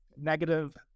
negative